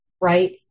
right